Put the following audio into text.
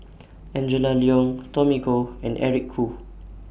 Angela Liong Tommy Koh and Eric Khoo